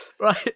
Right